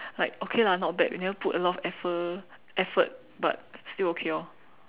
like okay lah not bad we never put a lot of effor~ effort but still okay orh